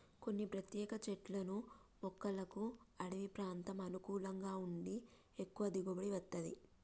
కొన్ని ప్రత్యేక చెట్లను మొక్కలకు అడివి ప్రాంతం అనుకూలంగా ఉండి ఎక్కువ దిగుబడి వత్తది